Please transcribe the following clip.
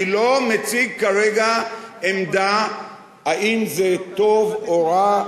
אני לא מציג כרגע עמדה אם זה טוב או רע,